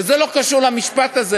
שזה לא קשור בכלל למשפט הזה,